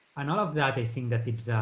and all of that, i think, that it's,